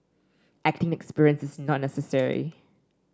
acting experience is not necessary